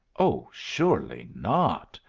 oh, surely not,